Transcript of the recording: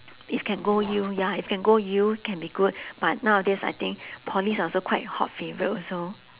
if can go U ya if can go U can be good but nowadays I think polys are also quite hot favourite also